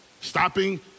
stopping